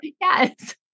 Yes